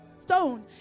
stone